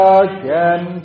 again